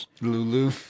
Lulu